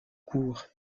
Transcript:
cour